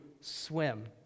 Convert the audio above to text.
swim